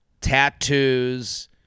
tattoos